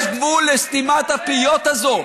יש גבול לסתימת הפיות הזאת.